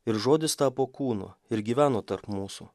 ir žodis tapo kūnu ir gyveno tarp mūsų